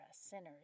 sinners